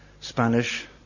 Spanish